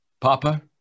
Papa